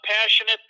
passionate